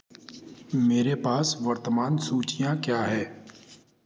मेरे पास वर्तमान सूचियाँ क्या हैं